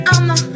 I'ma